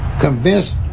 convinced